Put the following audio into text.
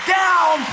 down